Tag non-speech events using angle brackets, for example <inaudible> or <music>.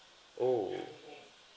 oh <noise>